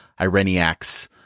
Ireniacs